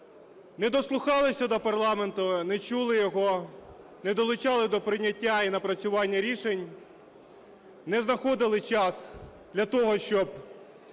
не дослухалися до парламенту, не чули його, не долучали до прийняття і напрацювання рішень, не знаходили час для того, щоб